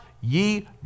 ye